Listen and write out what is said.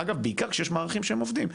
אגב, במיוחד כשיש מערכים שעובדים.